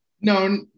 no